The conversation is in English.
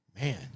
Man